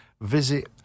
visit